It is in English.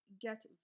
get